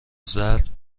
زرد